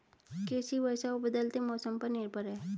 कृषि वर्षा और बदलते मौसम पर निर्भर है